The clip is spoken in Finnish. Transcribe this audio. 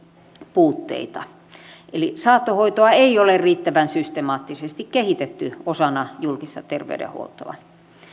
puutteita eli saattohoitoa ei ole riittävän systemaattisesti kehitetty osana julkista terveydenhuoltoa